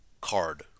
card